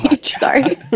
Sorry